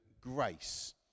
grace